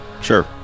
Sure